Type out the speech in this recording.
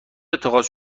اتخاذ